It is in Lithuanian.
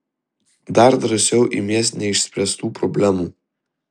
dar drąsiau imies neišspręstų problemų